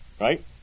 right